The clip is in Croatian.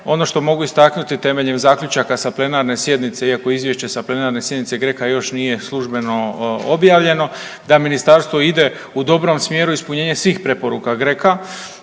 ono što mogu istaknuti temeljem zaključaka sa plenarne sjednice, iako izvješće sa plenarne sjednice GRECO-a još nije službeno objavljeno, da ministarstvo ide u dobrom smjeru, ispunjenje svih preporuka GRECO-a,